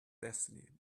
destiny